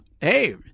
Hey